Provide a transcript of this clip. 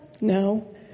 No